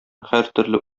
һәртөрле